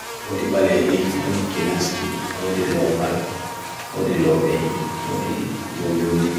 Odi bale hi, odi kinaski, odi lopal, odi lophe hi, odi joun joun di.